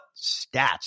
stats